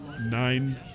nine